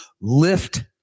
lift